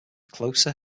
closer